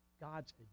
God's